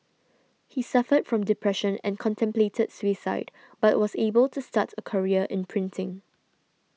he suffered from depression and contemplated suicide but was able to start a career in printing